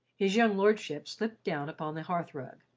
his young lordship slipped down upon the hearth-rug,